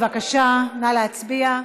בבקשה להצביע.